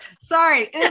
Sorry